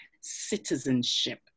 citizenship